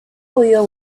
podido